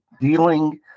dealing